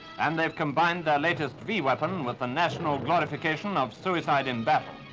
and they've combined their latest v-weapon with the national glorification of suicide in battle.